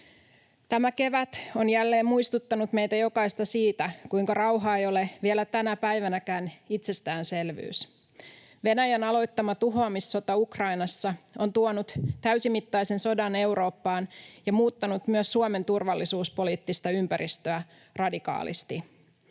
Tämä kevät on jälleen muistuttanut meitä jokaista siitä, kuinka rauha ei ole vielä tänä päivänäkään itsestäänselvyys. Venäjän aloittama tuhoamissota Ukrainassa on tuonut täysimittaisen sodan Eurooppaan ja muuttanut myös Suomen turvallisuuspoliittista ympäristöä radikaalisti.